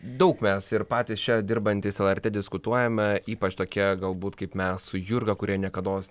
daug mes ir patys čia dirbantys lrt diskutuojame ypač tokia galbūt kaip mes su jurga kurie niekados